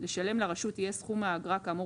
לשלם לרשות יהיה סכום האגרה כאמור